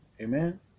Amen